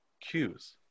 cues